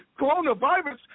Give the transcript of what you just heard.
coronavirus